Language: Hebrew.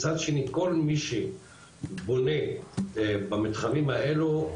מצד שני כל מי שבונה במתחמים האלו,